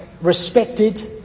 respected